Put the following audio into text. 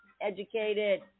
educated